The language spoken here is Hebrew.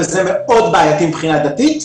וזה מאוד בעייתי מבחינה דתית,